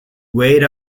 weighed